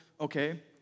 okay